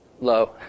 low